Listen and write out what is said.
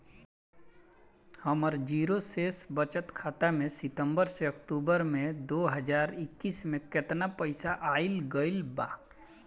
हमार जीरो शेष बचत खाता में सितंबर से अक्तूबर में दो हज़ार इक्कीस में केतना पइसा आइल गइल बा?